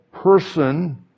person